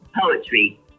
poetry